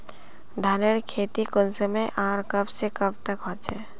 धानेर खेती कुंसम आर कब से कब तक होचे?